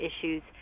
issues